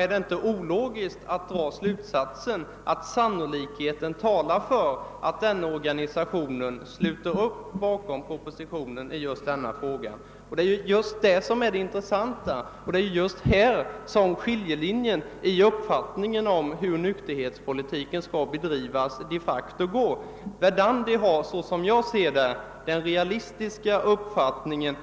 är det inte ologiskt att dra slutsatsen, att sannolikheten talar för att denna organisation sluter upp bakom propositionen i just denna fråga. Det är detta som är det intressanta, ty det är här som skiljelinjen de facto går i uppfattningen om hur nykterhetspolitiken skall bedrivas. Verdandi har såsom jag ser det en realistisk uppfattning.